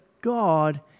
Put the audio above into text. God